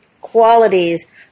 qualities